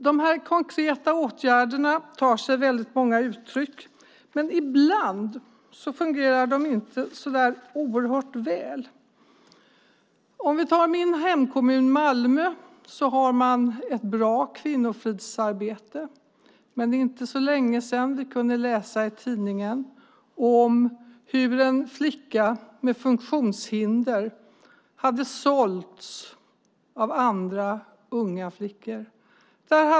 De konkreta åtgärderna tar sig väldigt många uttryck, men ibland fungerar de inte så där oerhört väl. I min hemkommun Malmö har man ett bra kvinnofridsarbete, men det är inte så länge sedan som vi kunde läsa i tidningarna om hur en flicka med funktionshinder hade sålts av andra unga flickor.